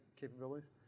capabilities